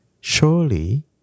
surely